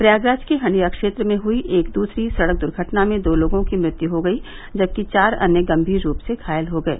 प्रयागराज के हंडिया क्षेत्र में हुयी एक दूसरी सड़क दुर्घटना में दो लोगों की मृत्यु हो गयी जबकि चार अन्य गम्मीर रूप से घायल हो गये